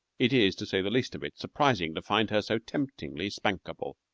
it is, to say the least of it, surprising to find her so temptingly spankable.